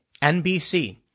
NBC